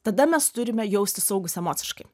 tada mes turime jaustis saugūs emociškai